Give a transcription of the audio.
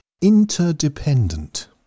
interdependent